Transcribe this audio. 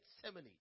Gethsemane